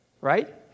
right